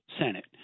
Senate